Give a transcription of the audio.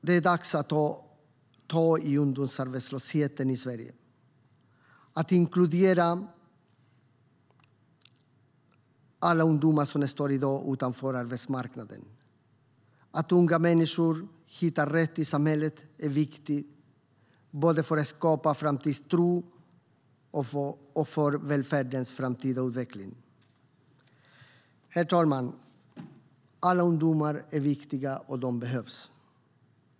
Det är dags att ta tag i ungdomsarbetslösheten i Sverige, att inkludera alla ungdomar som i dag står utanför arbetsmarknaden. Att unga människor hittar rätt i samhället är viktigt både för att skapa framtidstro och för välfärdens framtida utveckling. Herr talman! Alla ungdomar är viktiga, och de behövs.